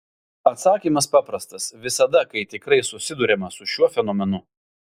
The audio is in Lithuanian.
atsakymas paprastas visada kai tikrai susiduriama su šiuo fenomenu